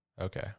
Okay